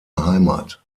heimat